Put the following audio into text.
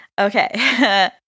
okay